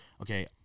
okay